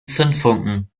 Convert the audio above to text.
zündfunken